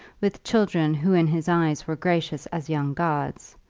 with children who in his eyes were gracious as young gods,